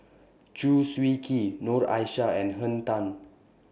Chew Swee Kee Noor Aishah and Henn Tan